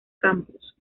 campus